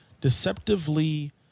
deceptively